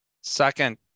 second